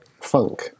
funk